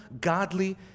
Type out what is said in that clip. godly